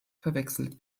verwechselt